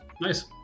Nice